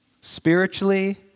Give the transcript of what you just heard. Spiritually